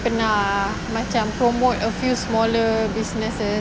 pernah macam promote a few smaller businesses